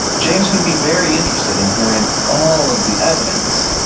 james would be very interested in hearing all of the evidence.